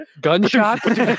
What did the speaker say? Gunshots